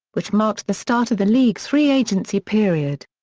which marked the start of the league's free agency period.